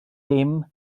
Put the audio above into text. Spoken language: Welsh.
dim